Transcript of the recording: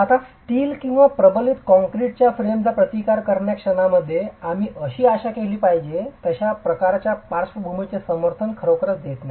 आता स्टील किंवा प्रबलित कंक्रीटच्या फ्रेमचा प्रतिकार करणार्या क्षणामध्ये आम्ही अशी आशा केली पाहिजे तशा प्रकारच्या पार्श्वभूमीचे समर्थन खरोखरच देत नाही